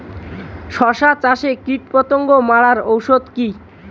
শসা চাষে কীটপতঙ্গ মারার ওষুধ কি?